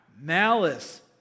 malice